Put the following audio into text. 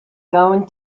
going